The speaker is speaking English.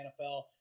NFL